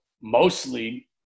mostly